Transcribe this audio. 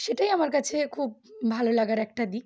সেটাই আমার কাছে খুব ভালো লাগার একটা দিক